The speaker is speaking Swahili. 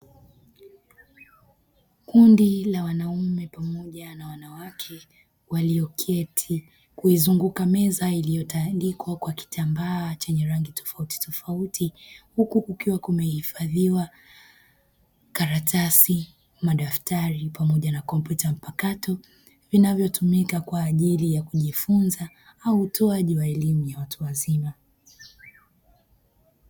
Kundi la wanaume pamoja na wanawake walioketi kuizunguka meza iliyotandikwa kwa kitambaa chenye rangi tofauti tofauti, huku kukiwa kumehifadhiwa karatasi, madaftari, pamoja na kompyuta mpakato, vinavyotumika kwa ajili ya kujifunza au utoaji wa elimu ya watu wazima.